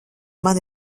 man